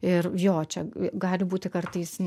ir jo čia gali būti kartais